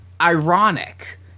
ironic